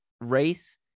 race